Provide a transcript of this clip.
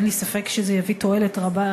אין לי ספק שזה יביא תועלת רבה,